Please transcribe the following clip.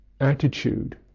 attitude